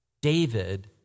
David